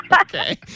Okay